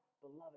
beloved